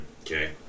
okay